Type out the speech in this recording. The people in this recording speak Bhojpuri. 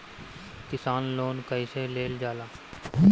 किसान लोन कईसे लेल जाला?